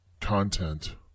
content